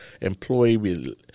employee